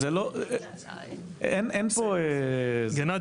אין פה --- גנאדי,